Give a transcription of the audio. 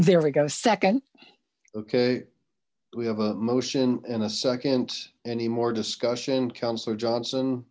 there we go second okay we have a motion and a second any more discussion councillor johnson